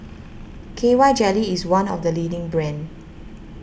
K Y Jelly is one of the leading brands